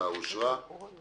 הצבעה בעד הצעת החוק